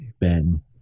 Ben